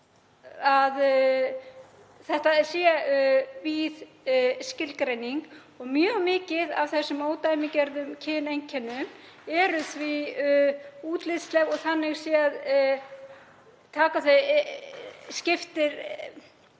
að þetta sé víð skilgreining. Mjög mörg af þessum ódæmigerðu kyneinkennum eru því útlitsleg og þannig séð skiptir